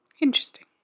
Interesting